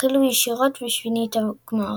והחלו ישירות משמינית הגמר.